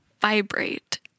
vibrate